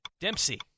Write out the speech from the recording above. Dempsey